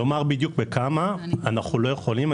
לומר בדיוק בכמה אנו לא יכולים.